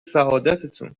سعادتتون